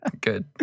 Good